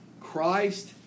Christ